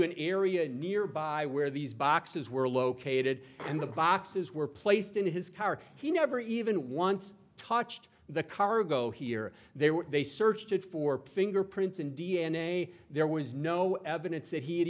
an area nearby where these boxes were located and the boxes were placed in his car he never even once touched the cargo here they were they searched it for fingerprints and d n a there was no evidence that he had